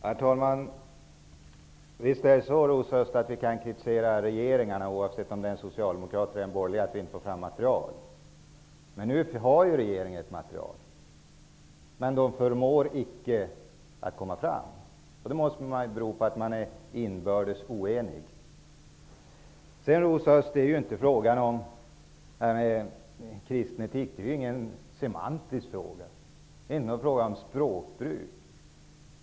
Herr talman! Visst kan vi kritisera regeringarna för att vi inte får fram material, Rosa Östh, oavsett om det är en socialdemokratisk eller en borgerlig regering. Men nu har regeringen ett material. Men man förmår icke komma fram med förslag. Det måste bero på att man är inbördes oenig. Frågan om kristen etik, Rosa Östh, är ingen semantisk fråga. Det är inte en fråga om språkbruk.